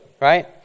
right